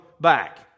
back